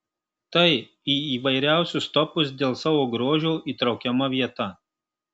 tai į įvairiausius topus dėl savo grožio įtraukiama vieta